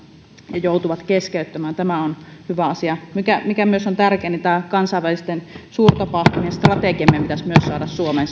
ja joutuvat keskeyttämään se olisi hyvä asia mikä mikä myös on tärkeää on se että kansainvälisten suurtapahtumien strategia meidän pitäisi saada suomeen